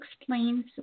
explains